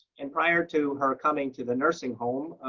and prior to her coming to the nursing home,